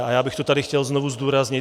A já bych to tady chtěl znovu zdůraznit.